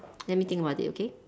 let me think about it okay